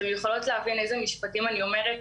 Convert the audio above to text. יכולות להבין לאיזה משפטים אני מתכוונת.